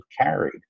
carried